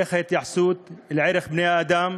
איך ההתייחסות לערך בני-האדם